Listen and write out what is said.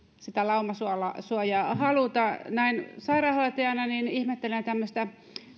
sitä laumasuojaa ei haluta näin sairaanhoitajana ihmettelen tämmöistä